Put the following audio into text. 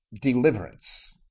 deliverance